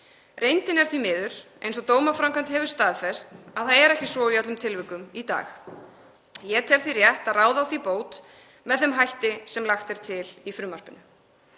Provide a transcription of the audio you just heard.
Reyndin er því miður, eins og dómaframkvæmd hefur staðfest, að svo er ekki í öllum tilvikum í dag. Ég tel því rétt að ráða á því bót með þeim hætti sem lagt er til í frumvarpinu.